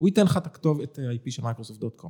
‫הוא ייתן לך את הכתובת ‫ה-IP של מייקרוסופט דוט קום.